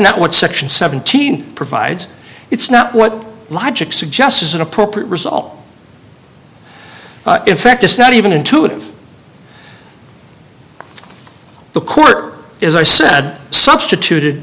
not what section seventeen provides it's not what logic suggests is an appropriate result in fact it's not even intuitive the court as i said substituted